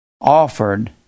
offered